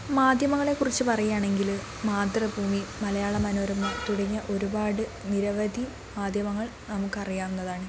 മാധ്യമങ്ങളെക്കുറിച്ചു പറയുകയാണെങ്കിൽ മാതൃഭൂമി മലയാളമനോരമ തുടങ്ങിയ ഒരുപാട് നിരവധി മാധ്യമങ്ങൾ നമുക്കറിയാവുന്നതാണ്